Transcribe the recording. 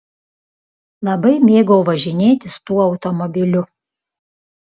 labai mėgau važinėtis tuo automobiliu